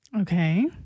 Okay